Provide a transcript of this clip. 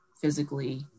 physically